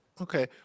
Okay